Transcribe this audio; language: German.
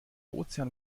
ozean